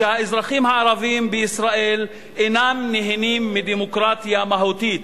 שהאזרחים הערבים בישראל אינם נהנים מדמוקרטיה מהותית.